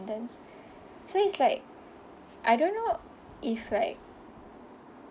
so it's like I don't know if like